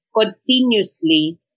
continuously